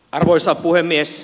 arvoisa puhemies